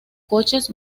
coches